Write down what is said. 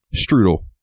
strudel